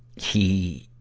he,